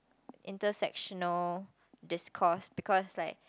intersectional discourse because it's like